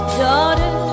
daughter